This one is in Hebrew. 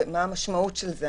מה המשמעות של זה?